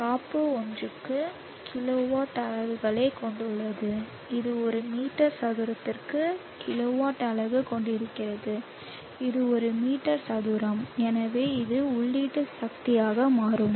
காப்பு ஒன்றுக்கு கிலோவாட் அலகுகளைக் கொண்டுள்ளது இது ஒரு மீட்டர் சதுரத்திற்கு கிலோவாட் அலகு கொண்டிருக்கிறது இது ஒரு மீட்டர் சதுரம் எனவே இது உள்ளீட்டு சக்தியாக மாறும்